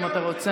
אם אתה רוצה.